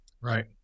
Right